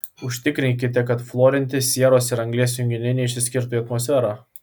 užtikrinkite kad fluorinti sieros ir anglies junginiai neišsiskirtų į atmosferą